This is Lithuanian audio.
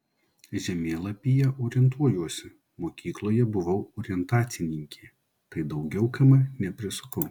žemėlapyje orientuojuosi mokykloje buvau orientacininkė tai daugiau km neprisukau